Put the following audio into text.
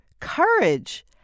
courage